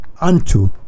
unto